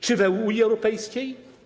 Czy w Unii Europejskiej?